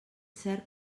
cert